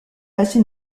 passé